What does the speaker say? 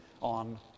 on